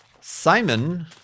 Simon